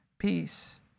Peace